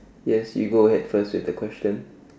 yes you go ahead first with the question